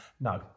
No